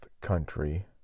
country